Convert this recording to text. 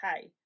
Hey